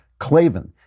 Clavin